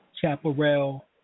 chaparral